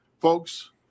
folks